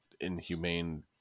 inhumane